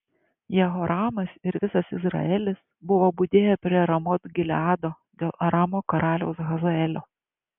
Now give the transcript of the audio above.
jehoramas ir visas izraelis buvo budėję prie ramot gileado dėl aramo karaliaus hazaelio